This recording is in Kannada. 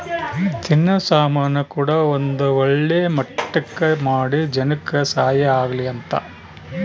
ತಿನ್ನೋ ಸಾಮನ್ ಕೂಡ ಒಂದ್ ಒಳ್ಳೆ ಮಟ್ಟಕ್ ಮಾಡಿ ಜನಕ್ ಸಹಾಯ ಆಗ್ಲಿ ಅಂತ